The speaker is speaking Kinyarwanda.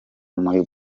muri